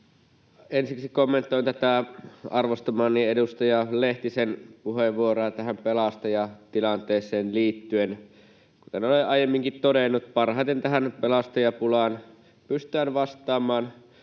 Ensiksi kommentoin tätä arvostamani edustaja Lehtisen puheenvuoroa tähän pelastajatilanteeseen liittyen. Kuten olen aiemminkin todennut, parhaiten tähän pelastajapulaan pystytään vastaamaan